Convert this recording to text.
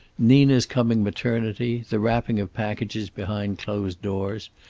nina's coming maternity, the wrapping of packages behind closed doors,